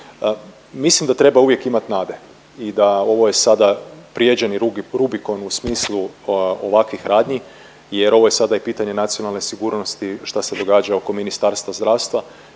Mislim da treba uvijek imati nade i da ovo je sada prijeđeni Rubikon u smislu ovakvih radnji jer ovo je sada i pitanje nacionalne sigurnosti šta se događa oko Ministarstvo zdravstva